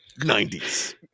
90s